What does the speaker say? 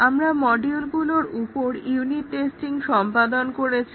আমরা মডিউলগুলোর উপর ইউনিট টেস্টিং সম্পাদন করেছি